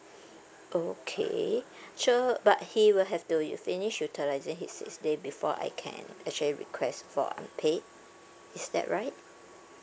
okay so but he will have to use finish utilising his his day before I can actually request for unpaid is that right